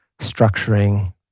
structuring